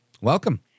Welcome